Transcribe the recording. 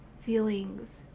feelings